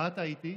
מה טעיתי?